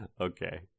Okay